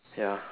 ya